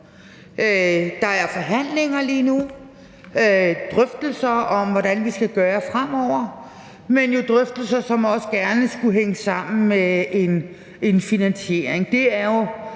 Der er forhandlinger lige nu, drøftelser om, hvordan vi skal gøre fremover, men jo drøftelser, som også gerne skulle hænge sammen med en finansiering.